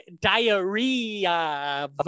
diarrhea